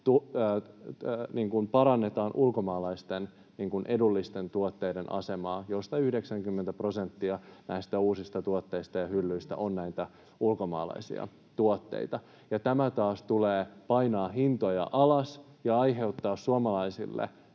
parannetaan ulkomaalaisten, edullisten tuotteiden asemaa, ja 90 prosenttia näistä uusista tuotteista ja hyllyistä on näitä ulkomaalaisia tuotteita. Tämä taas tulee painamaan hintoja alas ja aiheuttamaan suomalaisille,